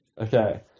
Okay